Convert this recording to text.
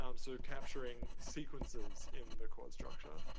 um so, capturing sequences in the chord structure.